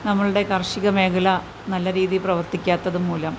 നമ്മളുടെ കാർഷിക മേഖല നല്ല രീതിയിൽ പ്രവർത്തിക്കാത്തതുമൂലം